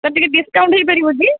ତ ଟିକିଏ ଡିସକାଉଣ୍ଟ ହେଇପାରିବ କି